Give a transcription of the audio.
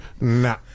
Nah